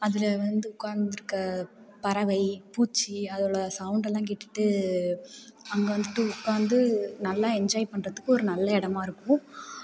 அதில் வந்து உக்காந்துருக்கிற பறவை பூச்சி அதில் சவுண்ட் எல்லாம் கேட்டுகிட்டு அங்கே வந்துட்டு உட்காந்து நல்ல என்ஜாய் பண்ணுறதுக்கு ஒரு நல்ல இடமாக இருக்கும்